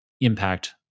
impact